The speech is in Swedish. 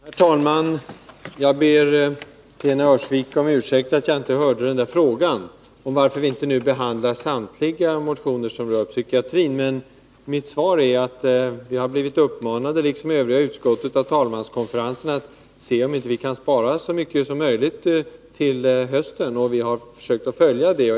Herr talman! Jag ber Lena Öhrsvik om ursäkt för att jag inte hörde frågan om varför vi inte nu behandlar samtliga motioner som rör psykiatrin. Mitt svar är emellertid att vårt utskott, liksom övriga utskott, har blivit uppmanat av talmanskonferensen att undersöka om vi inte kan spara så mycket som möjligt till hösten. Vi har försökt göra det.